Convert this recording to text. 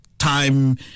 time